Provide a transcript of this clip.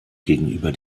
gegenüber